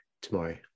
tomorrow